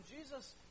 Jesus